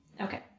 Okay